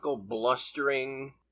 blustering